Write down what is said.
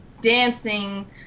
dancing